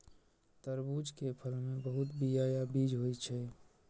तरबूज के फल मे बहुत बीया या बीज होइ छै